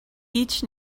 each